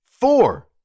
four